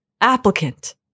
Applicant